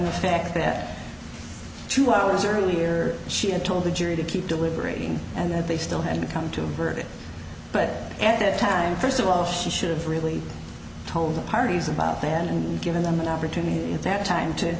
the fact that two hours earlier she had told the jury to keep delivering and that they still had to come to a verdict but at that time first of all she should have really told the parties about them and given them an opportunity at that time to